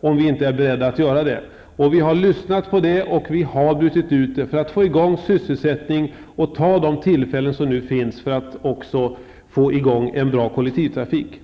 om vi inte är beredda att göra det. Vi har lyssnat på det och brutit ut det för att få i gång sysselsättning och ta de tillfällen som nu finns för att få i gång en bra kollektivtrafik.